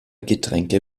getränke